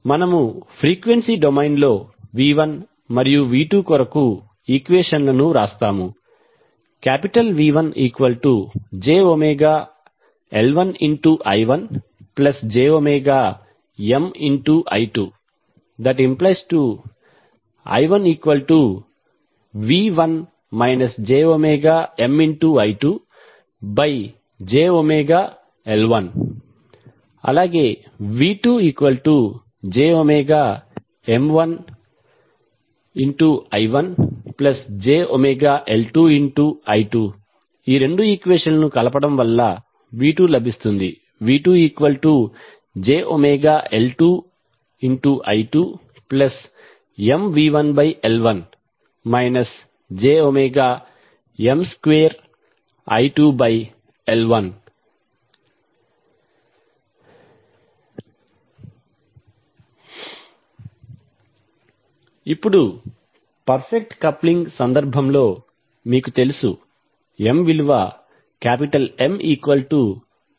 మనము frequency domain లో v 1 మరియు v 2 కొరకు ఈక్వెషన్లను వ్రాస్తాము V1jωL1I1jωMI2I1V1 jωMI2jωL1 V2jωMI1jωL2I2 ఈ రెండు ఈక్వేషన్లను కలపడం వలన V2jωL2I2MV1L1 jωM2I2L1 ఇప్పుడు పర్ఫెక్ట్ కప్లింగ్ సందర్భం లో మీకు తెలుసు ML1L2